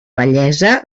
vellesa